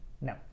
No